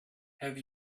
have